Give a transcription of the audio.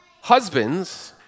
husbands